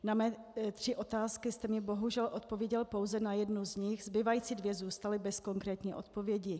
Na mé tři otázky jste mi bohužel odpověděl pouze na jednu z nich, zbývající dvě zůstaly bez konkrétní odpovědi.